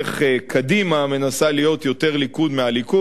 איך קדימה מנסה להיות יותר ליכוד מהליכוד,